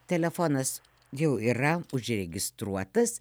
telefonas jau yra užregistruotas